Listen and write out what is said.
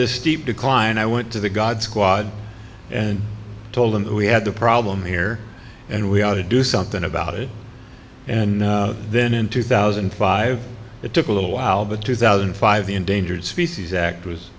this steep decline i went to the god squad and told them we had the problem here and we ought to do something about it and then in two thousand and five it took a little while but two thousand and five the endangered species act was